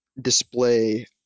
display